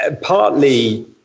Partly